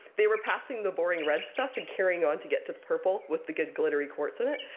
they were passing the boring red stuff and carrying on to get to the purple with the good glittery quartz in it.